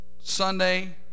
Sunday